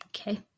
Okay